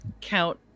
count